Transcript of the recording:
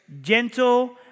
Gentle